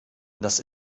das